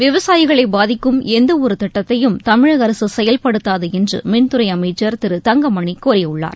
விவசாயிகளை பாதிக்கும் எந்தவொரு திட்டத்தையும் தமிழக அரசு செயல்படுத்தாது என்று மின்துறை அமைச்சர் திரு தங்கமணி கூறியுள்ளார்